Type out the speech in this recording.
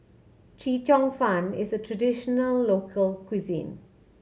Chee Cheong Fun is a traditional local cuisine